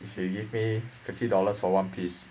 if you give me fifty dollars for one piece